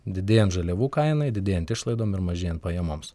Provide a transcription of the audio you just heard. didėjant žaliavų kainai didėjant išlaidom ir mažėjant pajamoms